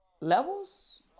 levels